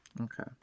Okay